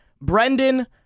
Brendan